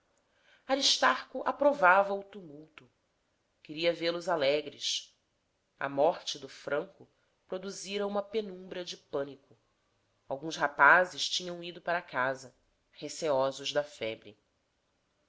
solene aristarco aprovava o tumulto queria vê-los alegres a morte do franco produzira uma penumbra de pânico alguns rapazes tinham ido para casa receosos da febre